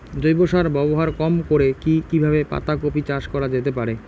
জৈব সার ব্যবহার কম করে কি কিভাবে পাতা কপি চাষ করা যেতে পারে?